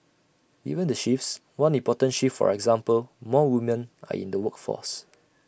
given the shifts one important shift for example more women are in the workforce